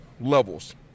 levels